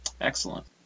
Excellent